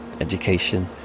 education